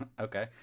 Okay